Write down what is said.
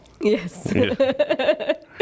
Yes